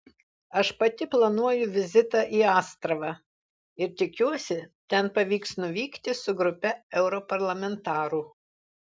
aš pati planuoju vizitą į astravą ir tikiuosi ten pavyks nuvykti su grupe europarlamentarų